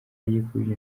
yikubye